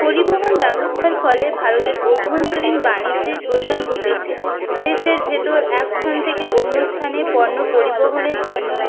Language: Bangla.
পরিবহন ব্যবস্থার ফলে ভারতের অভ্যন্তরীণ বাণিজ্যের প্রসার ঘটেছে দেশের ভেতর এক স্থান থেকে অন্য স্থানে পণ্য পরিবহনের জন্য